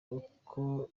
uko